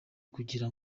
kugira